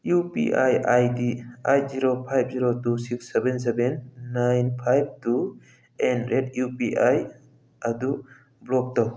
U P I I D eight zero five zero two six seven seven nine four two at rate U P I ꯑꯗꯨ block ꯇꯧ